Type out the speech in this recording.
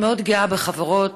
אני מאוד גאה בחברות,